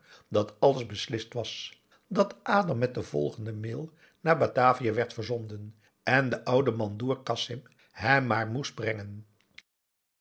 dat alles beslist was dat adam met de volgende mail naar batavia werd verzonden en de oude mandoer kasim hem maar moest brengen